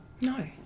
No